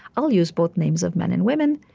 i'll use both names of men and women,